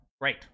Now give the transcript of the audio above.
Great